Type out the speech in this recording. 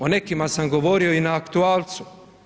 O nekima sam govorio i na aktualcu.